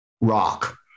rock